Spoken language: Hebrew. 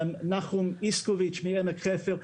נחום איצקוביץ מעמק חפר,